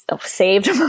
saved